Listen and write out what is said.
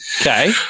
Okay